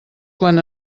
quan